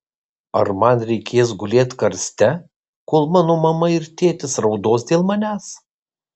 ar man reikės gulėt karste kol mano mama ir tėtis raudos dėl manęs